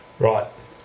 Right